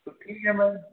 तो ठीक है मैं